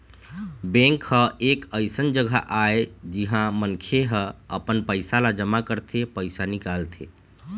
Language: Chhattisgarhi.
बेंक ह एक अइसन जघा आय जिहाँ मनखे ह अपन पइसा ल जमा करथे, पइसा निकालथे